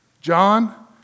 John